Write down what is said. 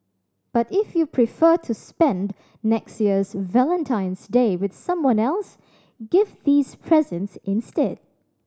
but if you prefer to spend next year's Valentine's Day with someone else give these presents instead